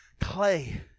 clay